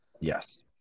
Yes